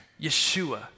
Yeshua